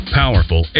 powerful